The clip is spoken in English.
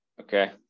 okay